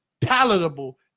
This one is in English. palatable